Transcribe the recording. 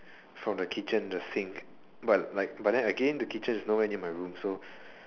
from the kitchen the sink but like but then again the kitchen is no where near my room so